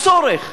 הצורך